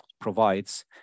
provides